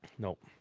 Nope